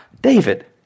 David